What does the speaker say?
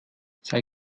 sei